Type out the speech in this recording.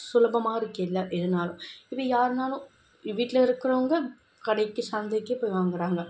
சுலபமாக இருக்கையில இதனாலும் இது யார்னாலும் வீட்டில இருக்கிறவங்க கடைக்கு சந்தைக்கு போய் வாங்குகிறாங்க